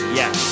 yes